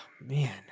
man